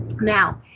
Now